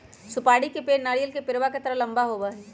सुपारी के पेड़ नारियल के पेड़वा के तरह लंबा होबा हई